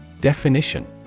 Definition